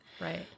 Right